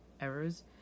errors